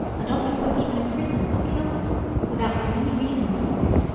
and often put people in prison or killed them without giving any reason for it,